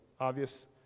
obvious